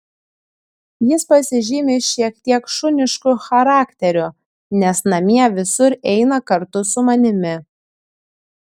jis pasižymi šiek tiek šunišku charakteriu nes namie visur eina kartu su manimi